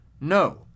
No